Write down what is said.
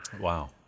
Wow